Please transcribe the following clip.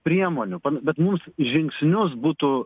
priemonių bet mūs žingsnius būtų